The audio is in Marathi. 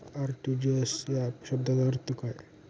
आर.टी.जी.एस या शब्दाचा अर्थ काय?